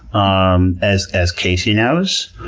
um as as casey knows.